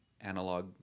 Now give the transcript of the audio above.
analog